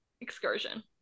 excursion